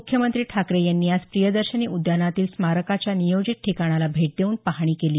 मुख्यमंत्री ठाकरे यांनी आज प्रियदर्शींनी उद्यानातील स्मारकाच्या नियोजित ठिकाणाला भेट देऊन पाहणी केली